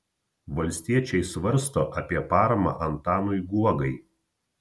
valstiečiai svarsto apie paramą antanui guogai